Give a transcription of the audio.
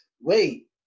Wait